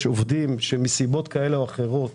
יש עובדים שמסיבות כאלה ואחרות